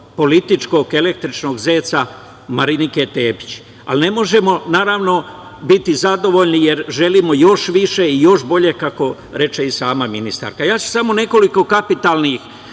političkog električnog zeca Marinike Tepić. Ne možemo naravno biti zadovoljni, jer želimo još više i još bolje, kako reče i sama ministarka. Samo ću nekoliko kapitalnih